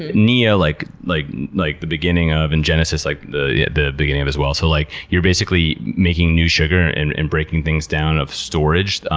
ah neo, like like like the beginning of, and genesis, like the yeah the beginning of as well. so like you're basically making new sugar and and breaking things down of storage.